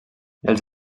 els